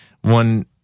one